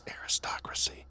Aristocracy